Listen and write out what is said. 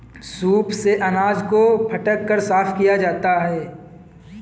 soup से अनाज को फटक कर साफ किया जाता है